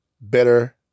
better